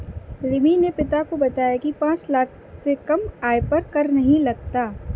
रिमी ने पिता को बताया की पांच लाख से कम आय पर कर नहीं लगता